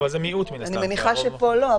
אני מניחה שכאן לא.